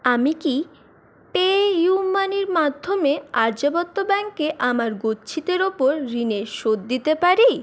আমি কি পেইউ মানির মাধ্যমে আর্যাবর্ত ব্যাংকে আমার গচ্ছিতের ওপর ঋণের শোধ দিতে পারি